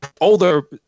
older